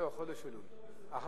חודש אלול, 1